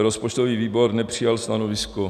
Rozpočtový výbor nepřijal stanovisko.